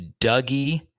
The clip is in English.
Dougie